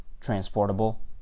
transportable